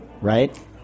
right